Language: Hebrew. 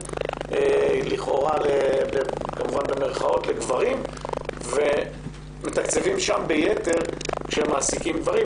לכאורה לגברים ומתקצבים שם ביתר כשמעסיקים גברים,